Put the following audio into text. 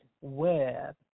web